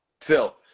Phil